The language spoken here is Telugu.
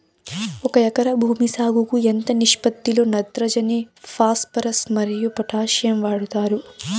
ఒక ఎకరా భూమి సాగుకు ఎంత నిష్పత్తి లో నత్రజని ఫాస్పరస్ మరియు పొటాషియం వాడుతారు